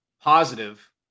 positive